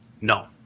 No